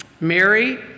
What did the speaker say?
Mary